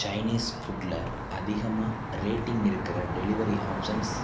Chinese ஃபுட்டில் அதிகமாக rating இருக்கிற டெலிவரி ஆப்ஷன்ஸ்